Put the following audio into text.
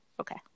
Okay